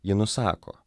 ji nusako